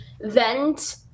vent